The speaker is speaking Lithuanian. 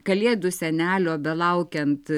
kalėdų senelio belaukiant